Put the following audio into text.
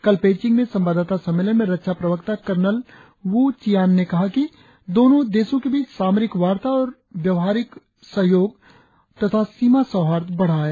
कल पेइचिंग में संवाददाता सम्मेलन में रक्षा प्रवक्ता कर्नल व् चियान ने कहा कि दोनों देशों के बीच सामरिक वार्ता और व्यावहारिक सहयोग तथा सीमा सौहार्द बढ़ा है